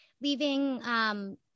Leaving